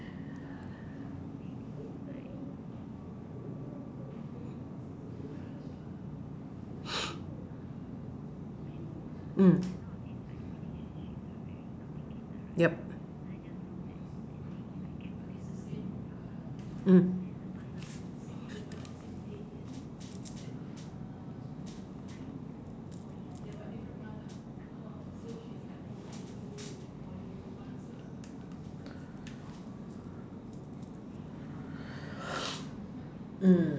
mm yup mm